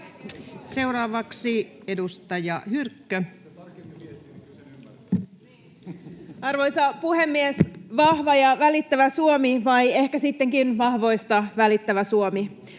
Seuraavaksi edustaja Hyrkkö. Arvoisa puhemies! ”Vahva ja välittävä Suomi” vai ehkä sittenkin ”Vahvoista välittävä Suomi”?